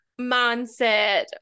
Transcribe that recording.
mindset